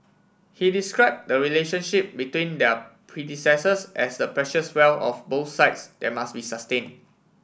he described the relationship between their predecessors as the precious wealth of both sides that must be sustained